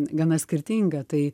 gana skirtinga tai